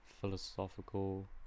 philosophical